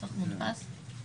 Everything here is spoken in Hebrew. תעודות החיסון